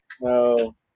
No